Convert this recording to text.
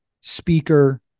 speaker